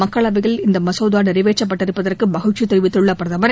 மக்களவையில் இந்த மசோதா நிறைவேற்றப்பட்டிருப்பதற்கு மகிழ்ச்சி தெரிவித்துள்ள பிரதமர்